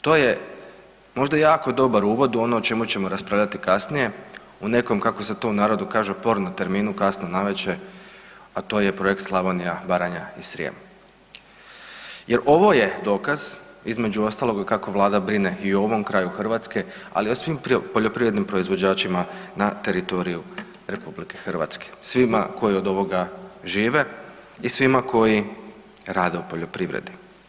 To je možda jako dobar uvod u ono o čemu ćemo raspravljati kasnije, u nekom kako se to u narodu kaže porno terminu kasno navečer, a to je projekt „Slavonija, Baranja i Srijem“ jer ovo je dokaz između ostaloga kako Vlada brine i o ovom kraju Hrvatske, ali i o svim poljoprivrednim proizvođačima na teritoriju RH, svima koji od ovoga žive i svima koji rade u poljoprivredi.